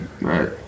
Right